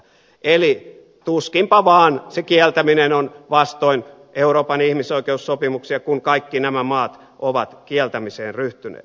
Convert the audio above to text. eli tuskinpa vaan se kieltäminen on vastoin euroopan ihmisoikeussopimuksia kun kaikki nämä maat ovat kieltämiseen ryhtyneet